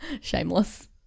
Shameless